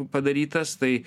padarytas tai